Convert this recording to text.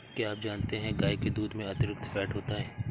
क्या आप जानते है गाय के दूध में अतिरिक्त फैट होता है